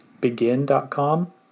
Begin.com